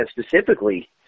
specifically